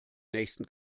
nächsten